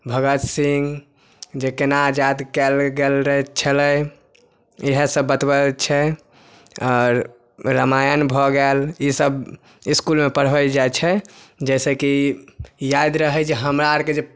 भगत सिंह जे केना आजाद कएल गेल छलै इएह सब बतबै छै आओर रामायण भऽ गएल ईसब स्कूल मे पढ़बै जाइ छै जै सँ की याद रहै जे हमरा अर के जे